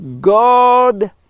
God